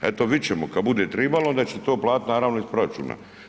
Eto, vidjet ćemo, kad bude trebalo, onda će to platiti naravno iz proračuna.